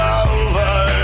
over